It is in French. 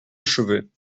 achevée